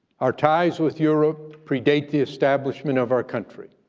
our ties with europe predate the establishment of our country.